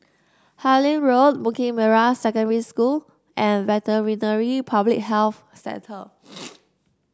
Harlyn Road Bukit Merah Secondary School and Veterinary Public Health Centre